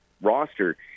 roster